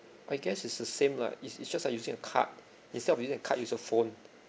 I guess is the same lah it's it's just like using a card instead of using a card use your phone